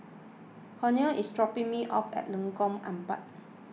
Cornel is dropping me off at Lengkong Empat